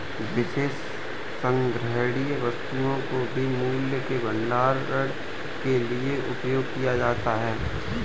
विशेष संग्रहणीय वस्तुओं को भी मूल्य के भंडारण के लिए उपयोग किया जाता है